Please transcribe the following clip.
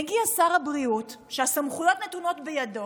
מגיע שר הבריאות, שהסמכויות נתונות בידו,